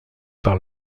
par